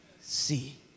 see